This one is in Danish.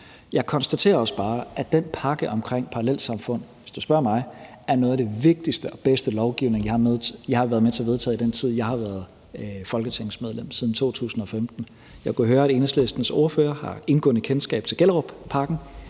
Jeg konstaterer også bare, at den pakke omkring parallelsamfund er, hvis du spørger mig, noget af den vigtigste og bedste lovgivning, jeg har været med til at vedtage i den tid, jeg har været folketingsmedlem, siden 2015. Jeg kunne høre, at Enhedslistens ordfører har et indgående kendskab til Gellerupparken.